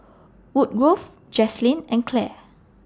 Wood Roof Jaslyn and Clair